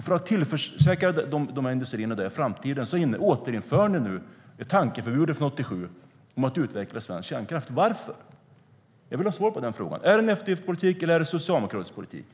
För att tillförsäkra industrierna detta i framtiden återinför ni nu ett tankeförbud från 1987 om att utveckla svensk kärnkraft. Varför?